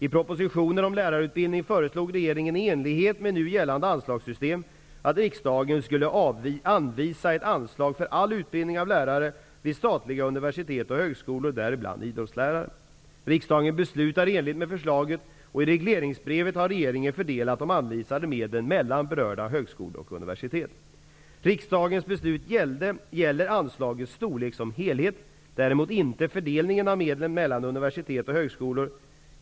I propositionen om lärarutbildning föreslog regeringen -- i enlighet med nu gällande anslagssystem -- att riksdagen skulle anvisa ett anslag för all utbildning av lärare vid statliga universitet och högskolor, däribland idrottslärare. Riksdagen beslutade i enlighet med förslaget, och i regleringsbrevet har regeringen fördelat de anvisade medlen mellan berörda högskolor och universitet. Riksdagens beslut gäller anslagets storlek som helhet, däremot inte fördelningen av medlen mellan universitet och högskolor.